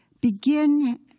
begin